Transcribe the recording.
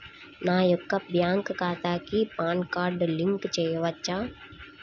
నా యొక్క బ్యాంక్ ఖాతాకి పాన్ కార్డ్ లింక్ చేయవచ్చా?